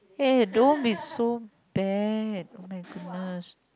eh don't be so bad oh-my-goodness